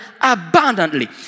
abundantly